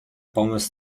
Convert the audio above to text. pomysł